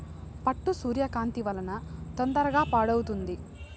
పట్టు సూర్యకాంతి వలన తొందరగా పాడవుతుంది